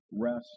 rest